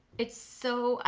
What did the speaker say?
it's so,